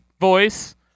voice